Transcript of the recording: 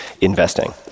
investing